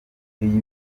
iyi